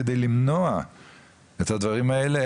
כדי למנוע את הדברים האלה,